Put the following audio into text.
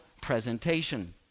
presentation